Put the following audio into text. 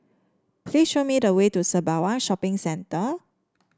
please show me the way to Sembawang Shopping Centre